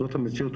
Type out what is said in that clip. זו המציאות,